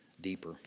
deeper